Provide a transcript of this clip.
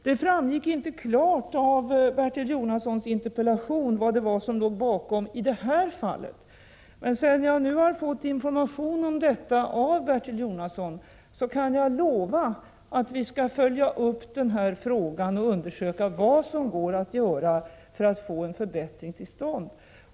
Det framgick inte klart av Bertil Jonassons interpellation vad som låg bakom i detta fall. Men sedan jag nu fått information om detta av Bertil Jonasson, kan jag lova att jag skall följa upp frågan och undersöka vad som går att göra för att få en förbättring till stånd.